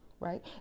Right